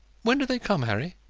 when do they come, harry?